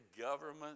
government